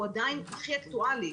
הוא עדיין הכי אקטואלי,